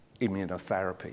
immunotherapy